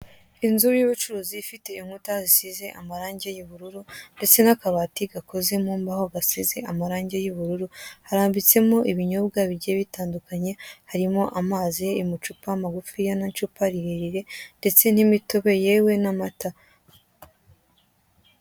Inzu y'ubucuruzi ifite inkuta zisize amarange y'ubururu ndetse n'akabati gakoze mu mbaho gasize amarange y'ubururu, harambitsemo ibinyobwa bigiye bitandukanye harimo amazi iri mucupa magufiya n'icupa rirerire ndetse n'imitobe ywe n'amata.